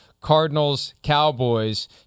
Cardinals-Cowboys